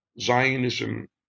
Zionism